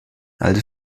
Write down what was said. also